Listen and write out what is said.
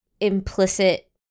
implicit